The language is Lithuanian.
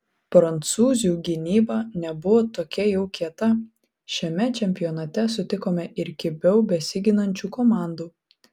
prancūzių gynyba nebuvo tokia jau kieta šiame čempionate sutikome ir kibiau besiginančių komandų